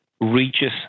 reaches